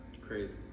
Crazy